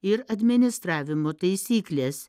ir administravimo taisyklės